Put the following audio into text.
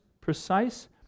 precise